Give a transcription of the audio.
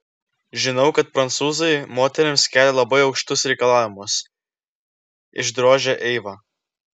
žinau kad prancūzai moterims kelia labai aukštus reikalavimus išdrožė eiva